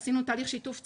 עשינו תהליך שיתוף ציבור,